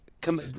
come